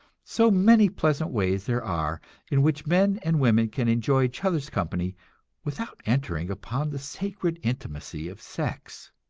so many pleasant ways there are in which men and women can enjoy each other's company without entering upon the sacred intimacy of sex!